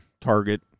target